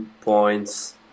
points